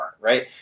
right